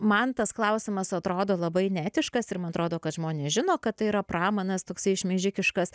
man tas klausimas atrodo labai neetiškas ir man atrodo kad žmonės žino kad tai yra pramanas toksai šmeižikiškas